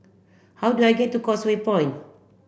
how do I get to Causeway Point